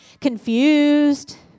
Confused